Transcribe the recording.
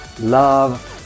love